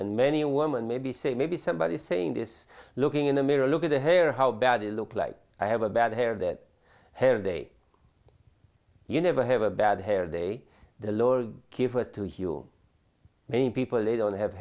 and many a woman maybe say maybe somebody saying this looking in the mirror look at the hair how bad it look like i have a bad hair that hair day you never have a bad hair day the lord gave us to you many people they don't have